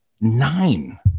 Nine